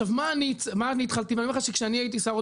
ואני אומר לך שכשאני הייתי שר,